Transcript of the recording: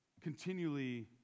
continually